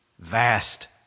Vast